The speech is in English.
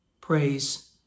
praise